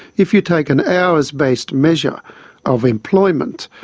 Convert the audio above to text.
if you take an hours-based measure of employment,